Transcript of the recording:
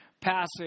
passage